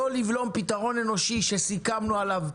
לא לבלום פתרון אנושי שסיכמנו עליו,